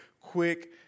quick